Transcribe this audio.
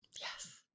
yes